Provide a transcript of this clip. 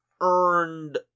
earned